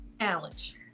challenge